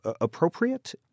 appropriate